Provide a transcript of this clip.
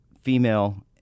female –